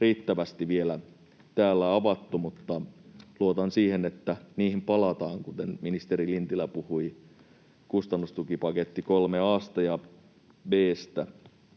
riittävästi vielä täällä avattu, mutta luotan siihen, että niihin palataan, kuten ministeri Lintilä puhui kustannustukipaketti 3 a:sta ja b:stä.